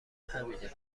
همینه